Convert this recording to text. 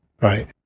Right